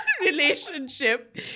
relationship